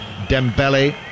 Dembele